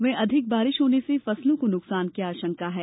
वहीं अधिक बारिश होने से फसलों को नुकसान की आशंका है